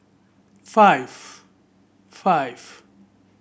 five five